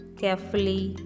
carefully